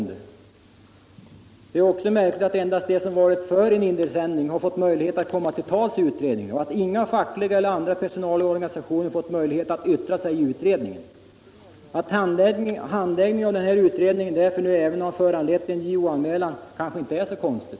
Det är också märkligt att endast de som har varit för en indelningsändring har fått möjligheter att komma till tals i utredningen och att inga fackliga eller andra personalorganisationer fått möjlighet att yttra sig i utredningen. Att handläggningen av denna utredning därför nu även har föranlett en JO-anmälan är kanske inte så konstigt.